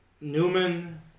Newman